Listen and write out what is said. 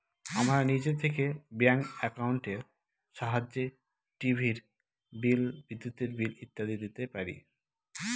আমরা নিজে থেকে ব্যাঙ্ক একাউন্টের সাহায্যে টিভির বিল, বিদ্যুতের বিল ইত্যাদি দিতে পারি